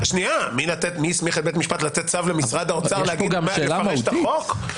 מי הסמיך את בית המשפט לתת צו למשרד האוצר להגיד איך לפרש את החוק?